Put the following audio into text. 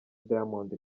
diamond